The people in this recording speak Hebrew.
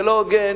זה לא הוגן